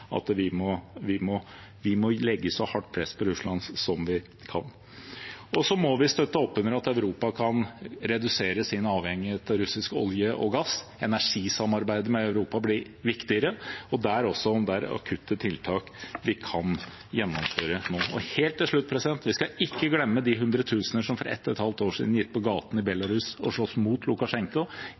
vi må legge så hardt press på Russland som vi kan. Vi må støtte opp under at Europa kan redusere sin avhengighet av russisk olje og gass. Energisamarbeidet med Europa blir viktigere, og der også kan det være akutte tiltak vi kan gjennomføre nå. Helt til slutt: Vi skal ikke glemme de hundretusener som for et og et halvt år siden gikk på gaten i Hviterussland og slåss mot